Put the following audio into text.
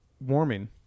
warming